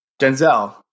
Denzel